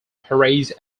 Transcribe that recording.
praised